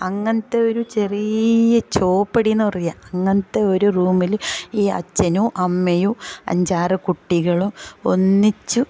അങ്ങനത്തെ ഒരു ചെറിയ ചോപ്പടി എന്ന് പറയാം അങ്ങനത്തെ ഒരു റൂമീൽ ഈ അച്ഛനും അമ്മയും അഞ്ചാറ് കുട്ടികളും ഒന്നിച്ച്